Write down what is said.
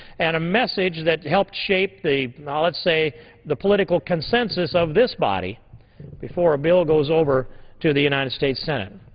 and a message that helped shape the, let's say the political consensus of this body before a bill goes over to the united states senate.